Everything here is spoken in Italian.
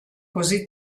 così